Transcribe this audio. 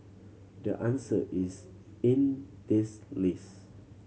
the answer is in this list